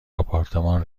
آپارتمان